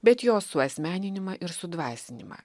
bet jo suasmeninimą ir sudvasinimą